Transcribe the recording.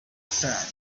sand